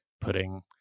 putting